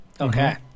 Okay